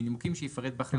מנימוקים שיפרט" וכולי.